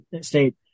state